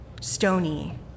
stony